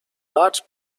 large